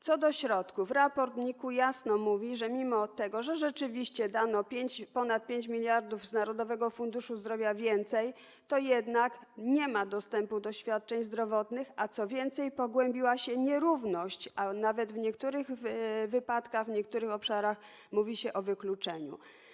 Co do środków raport NIK-u mówi jasno, że mimo tego, że rzeczywiście dano o ponad 5 mld z Narodowego Funduszu Zdrowia więcej, to jednak nie ma dostępu do świadczeń zdrowotnych, a co więcej, pogłębiła się nierówność, a nawet w niektórych wypadkach, w niektórych obszarach mówi się o wykluczeniu.